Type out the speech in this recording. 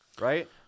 Right